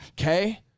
okay